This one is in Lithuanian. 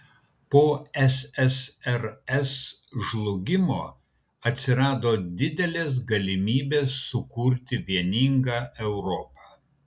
po ssrs žlugimo atsirado didelės galimybės sukurti vieningą europą